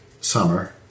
summer